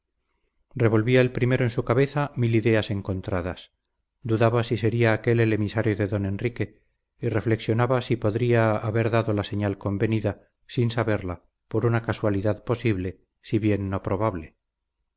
revolvía el primero en su cabeza mil ideas encontradas dudaba si sería aquél el emisario de don enrique y reflexionaba si podría haber dado la señal convenida sin saberla por una casualidad posible si bien no probable